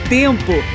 tempo